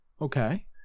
Okay